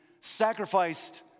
sacrificed